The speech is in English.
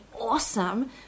awesome